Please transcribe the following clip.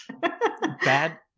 Bad